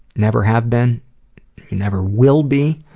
never have been, you never will be,